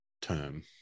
term